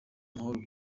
amahoro